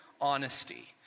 honesty